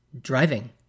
driving